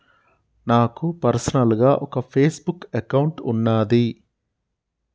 నాకు పర్సనల్ గా ఒక ఫేస్ బుక్ అకౌంట్ వున్నాది